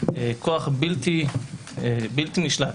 כוח בלתי נשלט